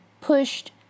pushed